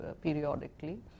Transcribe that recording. periodically